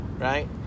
right